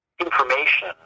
information